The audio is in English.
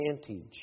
advantage